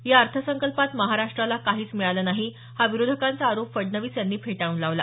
या अर्थसंकल्पात महाराष्ट्राला काहीच मिळालं नाही हा विरोधकांचा आरोप फडणवीस यांनी फेटाळून लावला